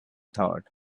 thought